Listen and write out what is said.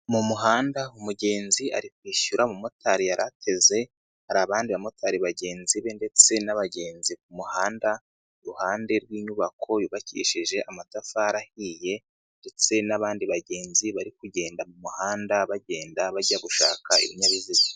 Mu muhanda umugenzi ari kwishyura umu motari yari ateze, hari abandi ba motari bagenzi be ndetse n'abagenzi mu muhanda, iruhande rw'inyubako yubakishije amatafari ahiye ndetse n'abandi bagenzi bari kugenda mu muhanda, bagenda bajya gushaka ibinyabiziga.